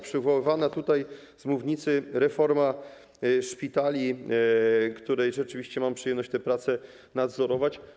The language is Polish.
Przywoływano tutaj z mównicy reformę szpitali, a rzeczywiście mam przyjemność te prace nadzorować.